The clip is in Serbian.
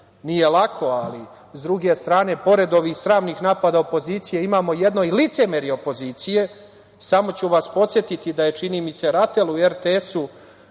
nije lako, ali s druge strane, pored ovih sramnih napada opozicije imamo jedno i licemerje opozicije, samo ću vas podsetiti da je, čini mi se, RATEL u RTS-u